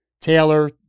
Taylor